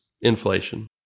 inflation